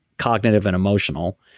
cognitive and emotional.